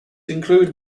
include